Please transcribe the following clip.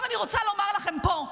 אני רוצה לומר לכם פה,